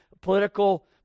political